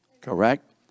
Correct